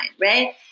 right